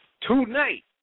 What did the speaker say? Tonight